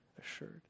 assured